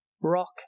rock